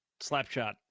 Slapshot